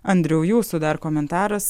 andriau jūsų dar komentaras